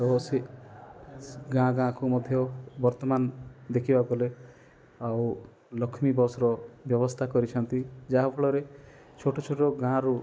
ଓ ସେ ଗାଁ ଗାଁକୁ ମଧ୍ୟ ବର୍ତ୍ତମାନ୍ ଦେଖିବାକୁ ଗଲେ ଆଉ ଲକ୍ଷ୍ମୀ ବସ୍ର ବ୍ୟବସ୍ଥା କରିଛନ୍ତି ଯାହାଫଳରେ ଛୋଟ ଛୋଟ ଗାଁରୁ